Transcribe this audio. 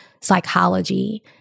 psychology